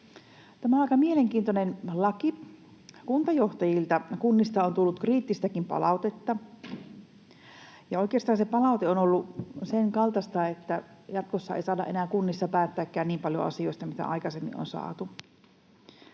Tämä on aika mielenkiintoinen laki. Kuntajohtajilta kunnista on tullut kriittistäkin palautetta. Oikeastaan se palaute on ollut sen kaltaista, että jatkossa ei saadakaan enää kunnissa päättää niin paljon asioista kuin aikaisemmin on saatu,